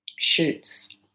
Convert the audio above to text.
shoots